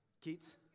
keats